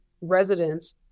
residents